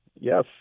Yes